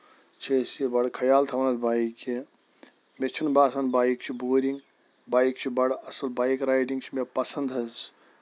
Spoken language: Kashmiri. چھِ أسۍ یہِ بڑٕ خیال تھاوان بایک کہِ مےٚ چھُ نہٕ باسان بایک چھِ بورِنگ بایک چھِ بَڑٕ اَصٕل بایک ریڈنگ حظ چھِ مےٚ پسند حظ